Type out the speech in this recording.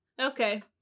Okay